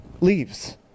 leaves